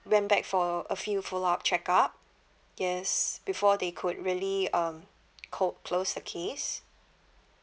went back for a few follow up check up yes before they could really um coke close the case